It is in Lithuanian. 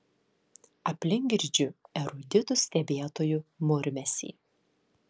aplink girdžiu eruditų stebėtojų murmesį